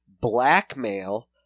blackmail